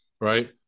right